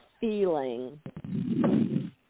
feeling